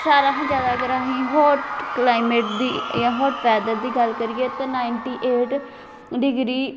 सारे छा असैं गी हॉट क्लाईमेट दी जां हॉट वैदर दी गल्ल करचै ते नाईनटी एट डिगरी